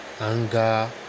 anger